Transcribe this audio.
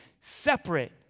separate